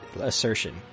assertion